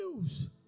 news